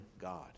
God